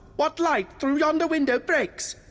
what light through yonder window breaks?